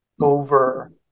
over